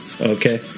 Okay